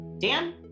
Dan